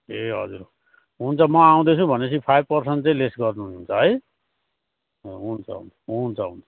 ए हजुर हजुर हुन्छ म आउँदैछु भनेपछि पाइभ पर्सेन्ट चाहिँ लेस गर्नुहुन्छ है अँ हुन्छ हुन्छ हुन्छ हुन्छ